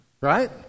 right